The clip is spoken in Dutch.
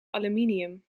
aluminium